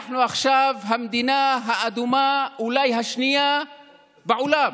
אנחנו עכשיו המדינה האדומה אולי השנייה בעולם.